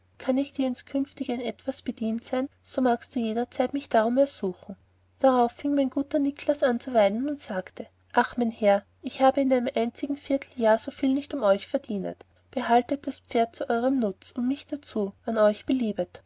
kann ich dir inskünftige in etwas bedient sein so magst du jederzeit mich darum ersuchen darauf fieng mein guter niklas an zu weinen und sagte ach mein herr ich habe in einem einzigen vierteljahr so viel nicht um euch verdienet behaltet das pferd zu eurem nutz und mich darzu wann euch beliebt